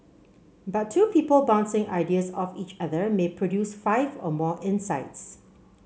but two people bouncing ideas off each other may produce five or more insights